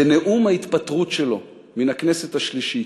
בנאום ההתפטרות שלו מן הכנסת השלישית,